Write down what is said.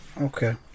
Okay